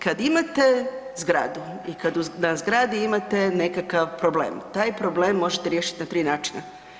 Kada imate zgradu i kada na zgradi imate nekakav problem, taj problem možete riješiti na tri načina.